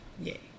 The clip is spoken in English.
Yay